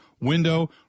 Window